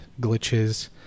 glitches